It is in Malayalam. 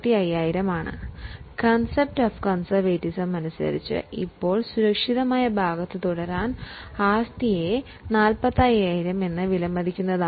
ഇപ്പോൾ സുരക്ഷിതമായ ഭാഗത്ത് തുടരാൻ കൺസെപ്റ് ഓഫ് കോൺസെർവറ്റിസം അനുസരിച്ച് ആസ്തിയുടെ മൂല്യം 45000 എന്ന് വിലമതിക്കാം